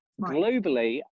Globally